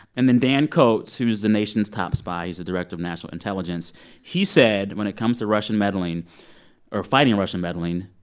and then dan coats, who is the nation's top spy he's the director of national intelligence he said when it comes to russian meddling or fighting russian meddling,